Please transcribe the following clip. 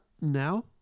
now